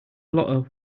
blotter